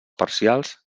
parcials